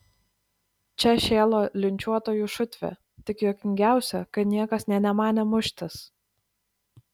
čia šėlo linčiuotojų šutvė tik juokingiausia kad niekas nė nemanė muštis